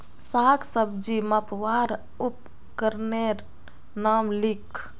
साग सब्जी मपवार उपकरनेर नाम लिख?